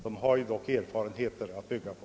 De har dock erfarenheter att bygga på.